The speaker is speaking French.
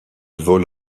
vole